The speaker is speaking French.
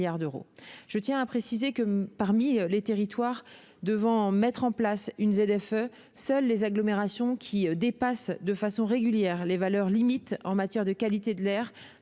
Je tiens à préciser que, parmi les territoires devant mettre en place une ZFE, seules les agglomérations qui dépassent de façon régulière les valeurs limites en matière de qualité de l'air